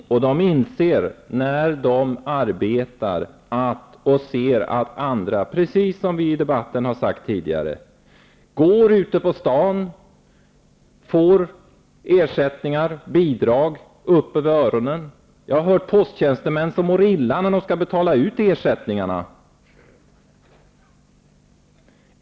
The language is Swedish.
Precis som vi tidigare här i debatten har sagt inser människor, som arbetar och som ser att andra bara går ute på stan eller får ersättningar och bidrag så att säga upp över öronen, hur det förhåller sig. Jag har hört posttjänstemän säga att de mår illa när de skall betala ut sådana här ersättningar.